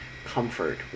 Comfort